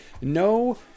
no